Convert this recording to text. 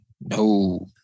no